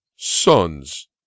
Sons